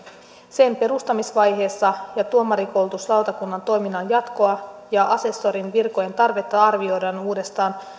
sen perustamisvaiheessa ja tuomarikoulutuslautakunnan toiminnan jatkoa ja asessorin virkojen tarvetta arvioidaan uudestaan